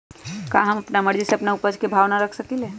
का हम अपना मर्जी से अपना उपज के भाव न रख सकींले?